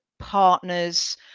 partners